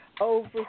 Over